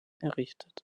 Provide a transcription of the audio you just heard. errichtet